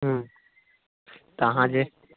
हुँ तऽ अहाँ जे